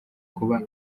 kuba